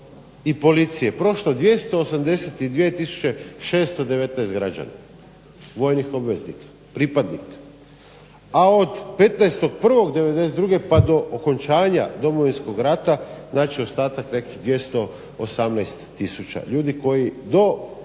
i policije prošlo 282 tisuće 619 građana vojnih obveznika, pripadnika. A od 15.1.1992.pa do okončanja Domovinskog rata znači ostatak nekih 218 tisuća, ljudi koji do